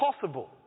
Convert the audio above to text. possible